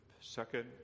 Second